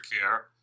care